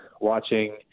watching